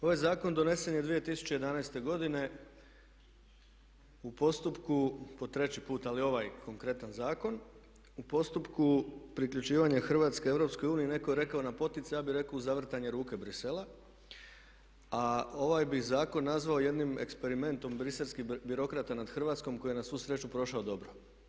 Ovaj zakon donesen je 2011. godine u postupku po treći put, ali ovaj konkretan zakon, u postupku priključivanja Hrvatske EU netko je rekao na poticaj, ja bih rekao uz zavrtanje ruke Bruxellesa a ovaj bih zakon nazvao jednim eksperimentom Bruxellskih birokrata nad Hrvatskom koji je na svu sreću prošao dobro.